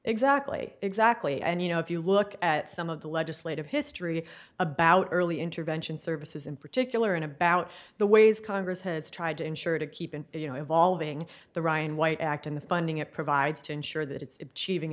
exactly exact and you know if you look at some of the legislative history about early intervention services in particular and about the ways congress has tried to ensure to keep in you know evolving the ryan white act in the funding it provides to ensure that it's cheating